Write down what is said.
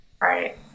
right